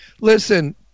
Listen